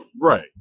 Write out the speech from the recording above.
Right